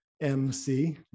mc